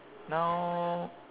now